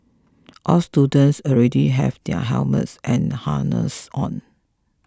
all students already have their helmets and harnesses on